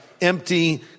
empty